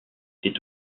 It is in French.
est